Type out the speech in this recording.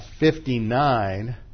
59